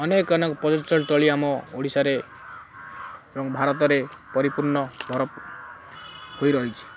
ଅନେକ ଅନେକ ପର୍ଯ୍ୟଟନ ସ୍ଥଳୀ ଆମ ଓଡ଼ିଶାରେ ଏବଂ ଭାରତରେ ପରିପୂର୍ଣ୍ଣ ଘର ହୋଇରହିଛି